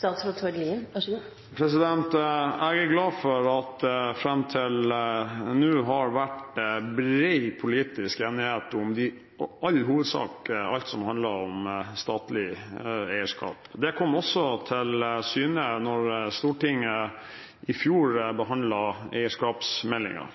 Jeg er glad for at det fram til nå har vært bred politisk enighet – i all hovedsak – om alt som handler om statlig eierskap. Det kom også til syne da Stortinget i fjor behandlet eierskapsmeldingen,